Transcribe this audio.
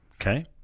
Okay